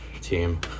team